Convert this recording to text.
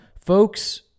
folks